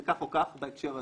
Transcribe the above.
זה כך או כך בהקשר הזה,